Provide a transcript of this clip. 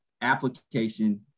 application